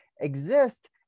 exist